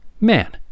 man